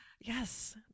Yes